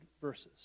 verses